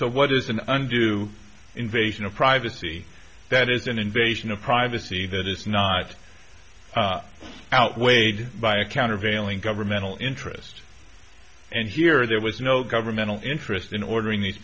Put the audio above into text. so what is an undue invasion of privacy that is an invasion of privacy that is not outweighed by a countervailing governmental interest and here there was no governmental interest in ordering these